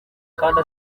kandi